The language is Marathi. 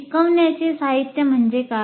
शिकवण्याचे साहित्य म्हणजे काय